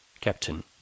Captain